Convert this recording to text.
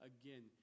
Again